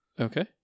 Okay